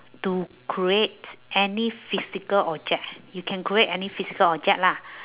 to create any physical object you can create any physical object lah